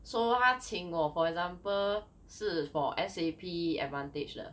so 他请我 for example 是 for S_A_P advantage 的